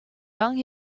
young